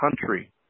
country